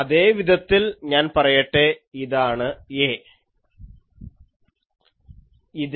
അതേ വിധത്തിൽ ഞാൻ പറയട്ടെ ഇതാണ് A